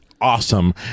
Awesome